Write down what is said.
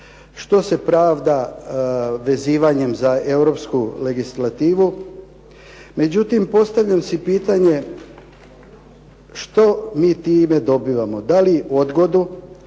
što se pravda vezivanjem za europsku legislativu. Međutim postavljam si pitanje što mi time dobivamo? Da li odgodu